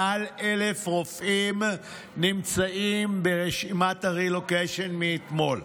מעל 1,000 רופאים נמצאים ברשימת הרילוקיישן מאתמול,